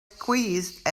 squeezed